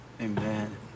Amen